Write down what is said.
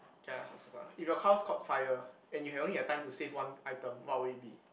okay ah hustle ah if your house caught fire and you have only have time to save one item what would it be